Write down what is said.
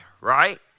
right